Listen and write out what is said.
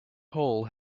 hole